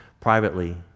privately